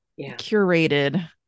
curated